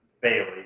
Bailey